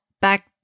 back